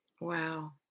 Wow